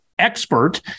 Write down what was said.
expert